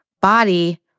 body